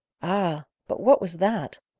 ah! but what was that?